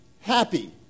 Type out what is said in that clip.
happy